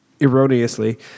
erroneously